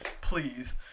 please